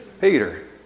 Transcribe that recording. Peter